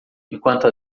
enquanto